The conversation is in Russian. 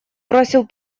бросил